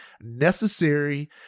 necessary